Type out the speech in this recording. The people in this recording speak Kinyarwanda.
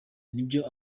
n’ibyo